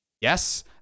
yes